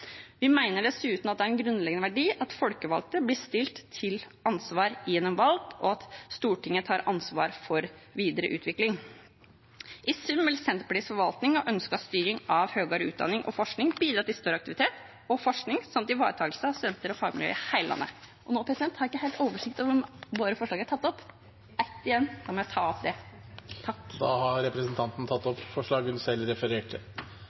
Vi mener dessuten det er en grunnleggende verdi at folkevalgte blir stilt til ansvar gjennom valg, og at Stortinget tar ansvar for videre utvikling. I sum vil Senterpartiets forvaltning og ønsket styring av høyere utdanning og forskning bidra til større aktivitet og forskning samt til ivaretakelse av studenter og fagmiljøer i hele landet. Jeg har ikke helt oversikt over om våre forslag er tatt opp. Ett igjen? Da må jeg ta opp det. Representanten Marit Knutsdatter Strand har tatt opp det forslaget hun refererte